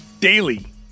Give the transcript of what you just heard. daily